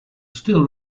still